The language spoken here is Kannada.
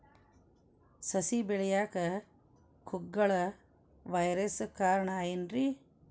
ಸಸಿ ಬೆಳೆಯಾಕ ಕುಗ್ಗಳ ವೈರಸ್ ಕಾರಣ ಏನ್ರಿ?